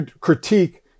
critique